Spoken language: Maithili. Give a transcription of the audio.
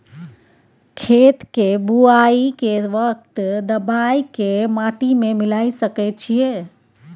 खेत के बुआई के वक्त दबाय के माटी में मिलाय सके छिये?